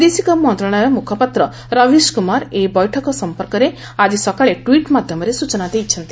ବୈଦେଶିକ ମନ୍ତ୍ରଣାଳୟ ମୁଖପାତ୍ ରବୀଶ କୁମାର ଏହି ବୈଠକ ସମ୍ପର୍କରେ ଆଜି ସକାଳେ ଟ୍ୱିଟ୍ ମାଧ୍ୟମରେ ସୂଚନା ଦେଇଛନ୍ତି